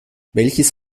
welches